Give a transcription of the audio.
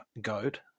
Goat